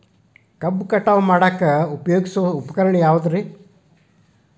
ಕಬ್ಬು ಕಟಾವು ಮಾಡಾಕ ಉಪಯೋಗಿಸುವ ಉಪಕರಣ ಯಾವುದರೇ?